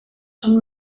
són